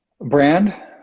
brand